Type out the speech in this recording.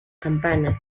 campanas